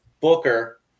Booker